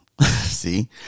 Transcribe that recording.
See